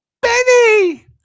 Benny